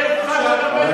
תלו אותם ב-1941.